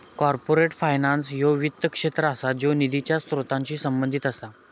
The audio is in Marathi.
कॉर्पोरेट फायनान्स ह्यो वित्त क्षेत्र असा ज्यो निधीच्या स्त्रोतांशी संबंधित असा